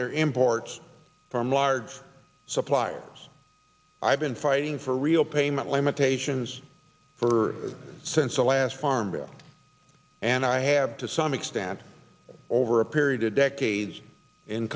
their imports from large suppliers i've been fighting for real payment limitations for since the last farm bill and i have to some extent over a period of decades in